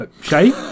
Shay